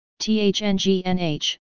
THNGNH